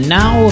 now